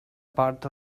part